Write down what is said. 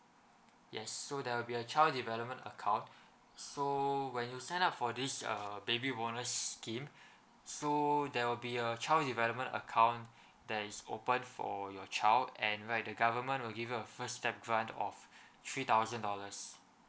yes so there will be a child development account so when you sign up for this uh baby bonus scheme so there will be a child development account that is open for your child and in fact the government will give you a first step grant of three thousand dollars